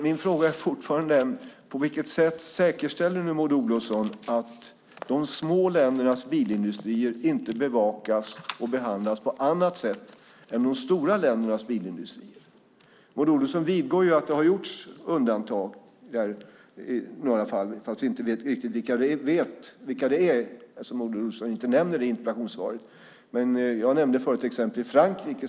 Min fråga är fortfarande: På vilket sätt säkerställer nu Maud Olofsson att de små ländernas bilindustrier inte bevakas och behandlas på annat sätt än de stora ländernas bilindustrier? Maud Olofsson vidgår att det har gjorts undantag i några fall, fast vi inte vet vilka de är; Maud Olofsson nämner inte det i interpellationssvaret. Men jag nämnde förut exemplet Frankrike.